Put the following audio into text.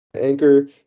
anchor